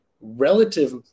relative